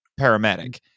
paramedic